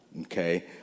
okay